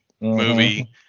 movie